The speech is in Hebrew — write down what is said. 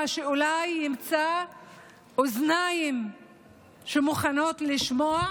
שאולי יימצאו אוזניים שמוכנות לשמוע